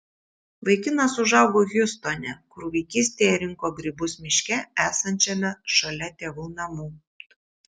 vaikinas užaugo hjustone kur vaikystėje rinko grybus miške esančiame šalia tėvų namų